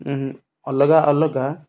ଅଲଗା ଅଲଗା